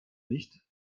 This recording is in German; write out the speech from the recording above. nicht